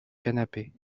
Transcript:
canapé